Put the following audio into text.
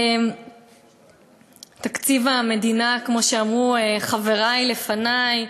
תקציב המדינה, כמו שאמרו חברי לפני,